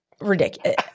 ridiculous